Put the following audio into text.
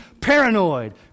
paranoid